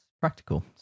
practical